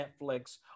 Netflix